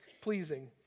pleasing